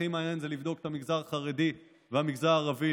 הכי מעניין זה לבדוק את המגזר החרדי ואת המגזר הערבי,